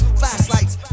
flashlights